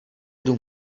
dům